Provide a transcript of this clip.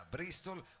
Bristol